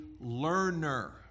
learner